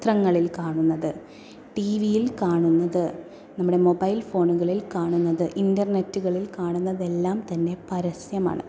പത്രങ്ങളിൽ കാണുന്നത് ടി വിയിൽ കാണുന്നത് നമ്മുടെ മൊബൈൽ ഫോണുകളിൽ കാണുന്നത് ഇന്റർനെറ്റുകളിൽ കാണുന്നതെല്ലാം തന്നെ പരസ്യമാണ്